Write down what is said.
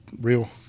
real